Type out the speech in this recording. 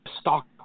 stock